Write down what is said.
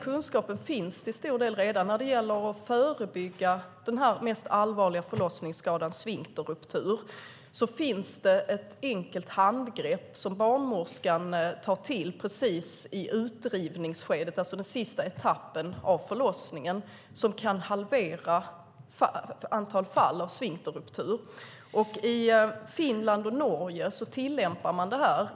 Kunskapen när det gäller att förebygga den mest allvarliga förlossningsskadan, sfinkterruptur, finns redan till stor del. Det finns ett enkelt handgrepp som barnmorskan tar till precis i utdrivningsskedet, den sista etappen av förlossningen, som gör att man kan halvera antal fall av sfinkterruptur. I Finland och Norge tillämpar man det.